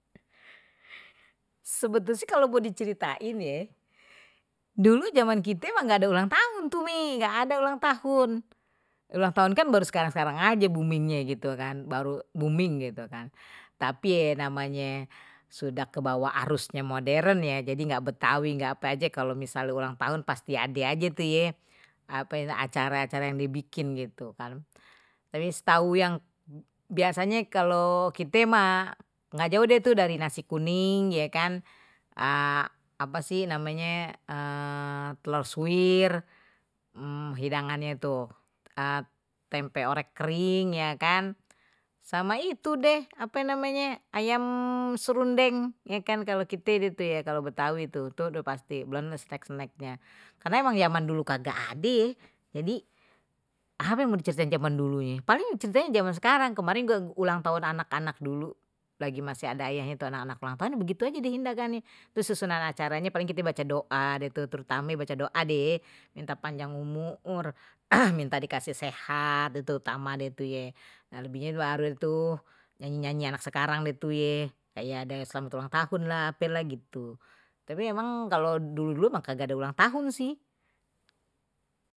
Sebetulnya kalau gue diceritain ye, dulu zaman kita mah nggak ada ulang tahun, tuh mi nggak ada ulang tahun, ulang tahun kan baru sekarang sekarang aje boomingnye, gitu kan baru booming gitu kan tapi ye namanye sudah kebawa arusnya modern ya jadi nggak betawi nggak ape aje, kalau misalnya ulang tahun pasti ade aja tuh ya acara-acara yang dibikin gitu kan, habis tahu yang biasanya kalau kita mah nggak jauh deh tuh dari nasi kuning ya kan, apa sih namanya telur suwir hidangannya itu tempe orek kering ya kan sama itu deh apa namanya ayam serundeng ya kan, kalau kita gitu ya kalau betawi itu tuh udah pasti snacknya karena emang zaman dulu kagak ade, jadi apa yang mau cerita zaman dulu ini paling ceritanya zaman sekarang kemarin gue ulang tahun anak-anak dulu lagi masih ada ayahnya itu anak-anak ulang tahunnya begitu aja dihindarkan nih terus susunan acara ini paling kita baca doa, dan terutama baca doa deh minta panjang umur minta dikasih sehat itu utama dia baru tuh yang nyanyi anak sekarang lihat tuh ye kayak ada selamat tahun lah ape lah gitu tapi emang kalau dulu dulu emang enggak ada ulang tahun sih.